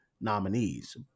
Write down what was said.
nominees